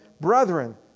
Brethren